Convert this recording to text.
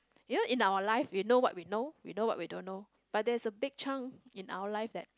you know in our life we know what we know we know what we don't know but there's a big chunk in our life that